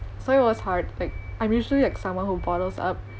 so it was hard like I'm usually like someone who bottles up